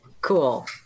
Cool